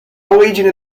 origine